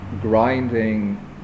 grinding